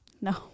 No